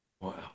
Wow